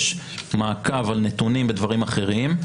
יש מעקב על נתונים בדברים אחרים,